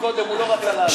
קודם הוא לא רצה לעלות.